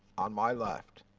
on my left.